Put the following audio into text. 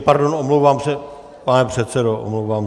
Pardon, omlouvám se, pane předsedo, omlouvám se.